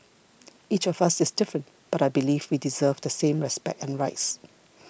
each of us is different but I believe we deserve the same respect and rights